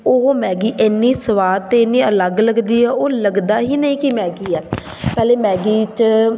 ਉਹ ਮੈਗੀ ਇੰਨੀ ਸਵਾਦ ਅਤੇ ਇੰਨੀ ਅਲੱਗ ਲੱਗਦੀ ਹੈ ਉਹ ਲੱਗਦਾ ਹੀ ਨਹੀਂ ਕਿ ਮੈਗੀ ਹੈ ਪਹਿਲੇ ਮੈਗੀ 'ਚ